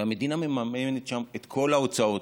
והמדינה מממנת שם את כל ההוצאות.